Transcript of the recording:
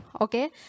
okay